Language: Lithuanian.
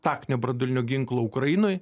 taktinio branduolinio ginklo ukrainoj